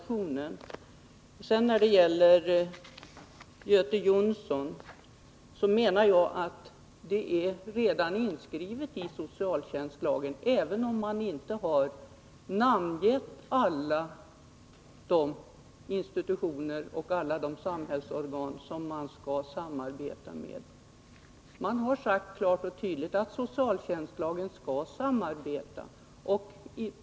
Till Göte Jonsson vill jag säga att det i socialtjänstlagen redan klart och tydligt är inskrivet — även om man inte har namngivit alla de institutioner och samhällsorgan som kan komma i fråga — att samarbete skall förekomma på detta område.